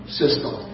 system